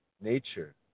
nature